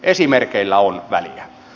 esimerkeillä on väliä